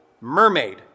mermaid